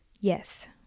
Yes